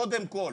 קודם כל,